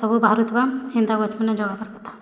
ସବୁ ବାହାରୁ ଆସୁଥିବା ହେନ୍ତା